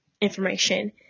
information